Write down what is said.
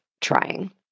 trying